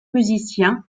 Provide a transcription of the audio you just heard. musiciens